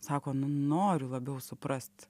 sako nu noriu labiau suprast